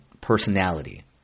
personality